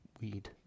weed